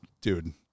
dude